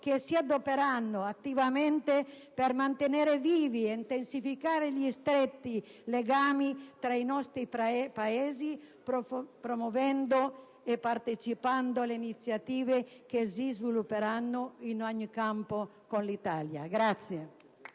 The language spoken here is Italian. che si adopereranno attivamente per mantenere vivi e intensificare gli stretti legami tra i nostri Paesi, promuovendo e partecipando alle iniziative che si svilupperanno in ogni campo con l'Italia.